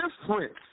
difference